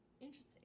Interesting